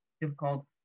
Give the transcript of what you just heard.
difficult